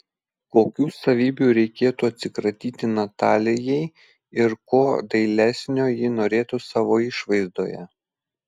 kokių savybių reikėtų atsikratyti natalijai ir ko dailesnio ji norėtų savo išvaizdoje